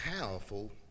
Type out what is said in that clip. powerful